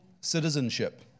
citizenship